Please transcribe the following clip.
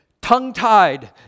Tongue-tied